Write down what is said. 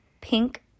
pink